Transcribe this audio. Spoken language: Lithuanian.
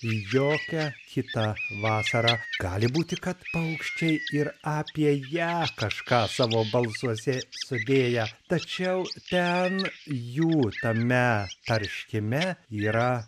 į jokią kitą vasarą gali būti kad paukščiai ir apie ją kažką savo balsuose sudėję tačiau ten jų tame tarškime yra